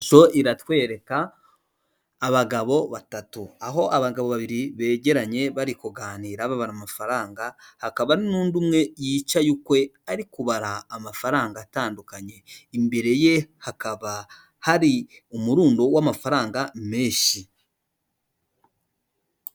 Ishusho iratwereka abagabo batatu, aho abagabo babiri begeranye bari kuganira babara amafaranga, hakaba n'undi umwe yicaye ukwe ari kubara amafaranga atandukanye, imbere ye hakaba hari umurundo w'amafaranga menshi.